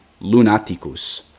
lunaticus